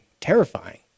terrifying